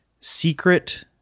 secret